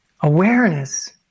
Awareness